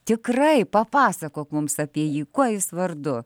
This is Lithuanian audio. tikrai papasakok mums apie jį kuo jis vardu